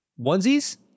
Onesies